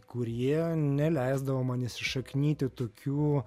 kurie neleisdavo man įsišaknyti tokių